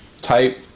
type